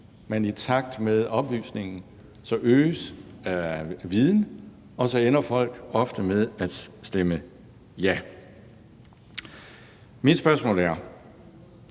folk i takt med oplysning og øget viden ofte ender med at stemme ja. Mit spørgsmål er,